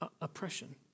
oppression